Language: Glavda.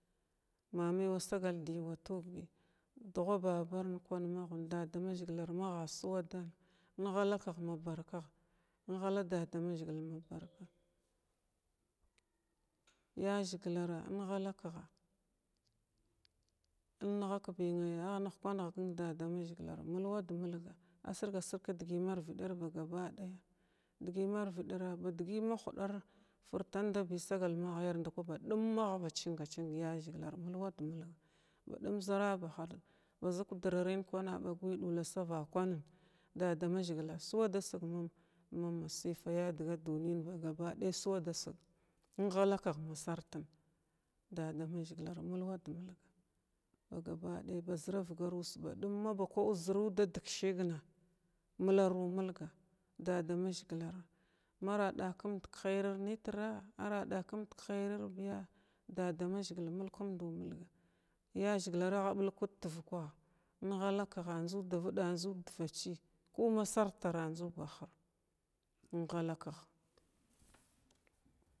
Ma mai wasagal dhi yuwa tuga dugwa babar kuu mahns dadamashgla maha suwa dana ən galakəga ma barkaha maga suwa dana ya zhigilara ən galakaga ən nəgaka naya a nuyka nəg dadamaʒgila mulwad mulga asirga sirga kidkit mar vidara ba digo ma hudara furtandabi ba dəm aghe cinge cinga ya zigalar dəm zarabahar bazik kudra rina a bagwa nin duk da vakanina dadamushgla suwadsig ma masifa duniyina suwada sig dadamashglar mulwad məlga ga badaya ba zira vigar uusa ba dəma uda dəgshigna milaru milga mara dakimd hairi nitra hairi biya dadamashgla mulkuudu mulga ya shiglara a bulkulhigtuvuka azuu ingala kiya daviɗavaciya azun difaci kuma sartara azuu bahira an salakig.